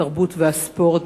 התרבות והספורט,